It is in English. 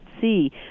see